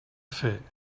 fer